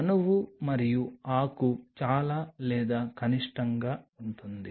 అణువు మరియు ఆకు చాలా లేదా కనిష్టంగా ఉంటుంది